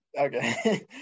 Okay